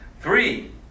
Three